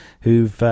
who've